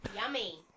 Yummy